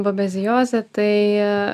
babeziozė tai